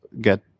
get